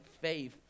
faith